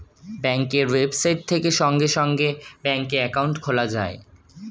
ব্যাঙ্কের ওয়েবসাইট থেকে সঙ্গে সঙ্গে ব্যাঙ্কে অ্যাকাউন্ট খোলা যায়